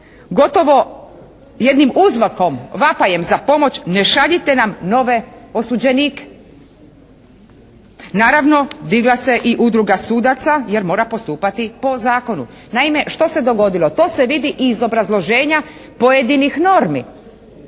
gotovo jednim uzvikom, vapajem za pomoć, ne šaljite nam nove osuđenike. Naravno digla se i Udruga sudaca jer mora postupati po zakonu. Naime što se dogodilo? To se vidi i iz obrazloženja pojedinih normi